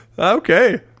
Okay